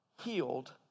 healed